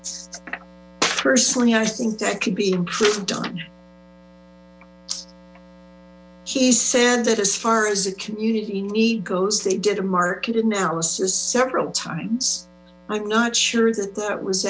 place personally i think that could be improved he said that as far as a community need goes they did a market analysis several times i'm not sure that that was